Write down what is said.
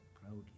proudly